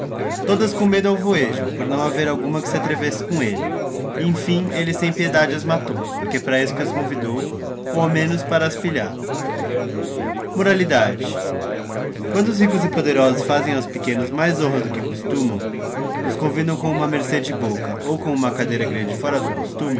todas com medo avoejavão por não haver alguma que se atrevesse com elle e em fim elle sem piedade as matou porque para isso as convidou ou ao menos para as pilhar moralidade quando ricos e poderosos fazem aos pequenos mais honra do que costumão ou os convidão com huma mercê de boca ou com huma cadeira grande fora do costume